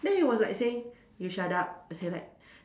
then he was like saying you shut up as in like